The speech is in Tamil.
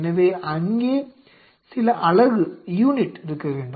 எனவே அங்கே சில அலகு இருக்க வேண்டும்